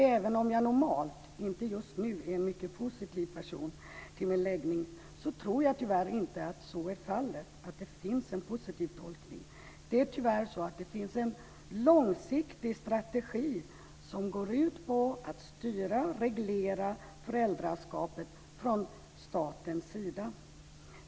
Även om jag normalt är en mycket positiv person kan jag i det här fallet inte göra en positiv tolkning. Tyvärr finns det från statens sida en långsiktig strategi som går ut på att styra och reglera föräldraskapet.